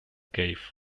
cave